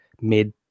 mid